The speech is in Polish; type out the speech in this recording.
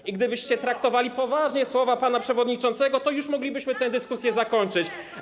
I gdybyście traktowali poważnie słowa pana przewodniczącego, to już moglibyśmy tę dyskusję zakończyć.